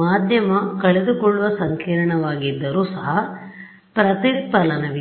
ಮಾದ್ಯಮ ಕಳೆದುಕೊಳ್ಳುವ ಸಂಕೀರ್ಣವಾಗಿದ್ದರೂ ಸಹ ಪ್ರತಿಫಲನವಿದೆ